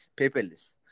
Paperless